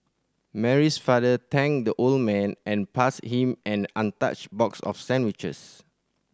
Mary's father thanked the old man and passed him an untouched box of sandwiches